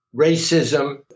racism